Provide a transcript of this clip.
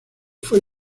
fue